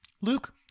Luke